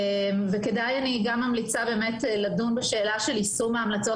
אני גם ממליצה לדון בשאלת יישום ההמלצות